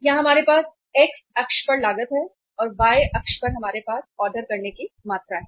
यहां हमारे पास x अक्ष पर लागत है और y अक्ष पर हमारे पास ऑर्डर करने की मात्रा है